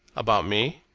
about me?